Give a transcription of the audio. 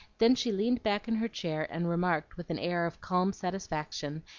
then she leaned back in her chair and remarked with an air of calm satisfaction,